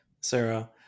sarah